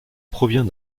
provient